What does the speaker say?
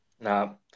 No